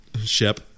Shep